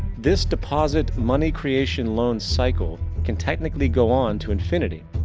this deposit money creation loan cycle can technically go on to infinity.